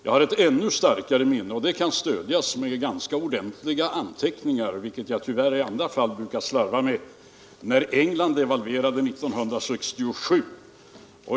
Jag har ett ännu starkare minne av — och det kan stödjas av de ganska ordentliga anteckningar jag fört, vilket jag i andra fall tyvärr brukar slarva med — när England devalverade 1967.